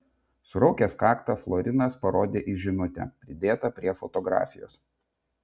suraukęs kaktą florinas parodė į žinutę pridėtą prie fotografijos